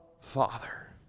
Father